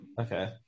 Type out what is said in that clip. Okay